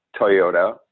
toyota